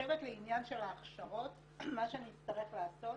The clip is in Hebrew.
לעניין ההכשרות, אני חושבת שמה שנצטרך לעשות